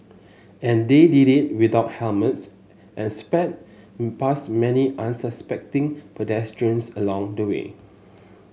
and they did it without helmets and sped past many unsuspecting pedestrians along the way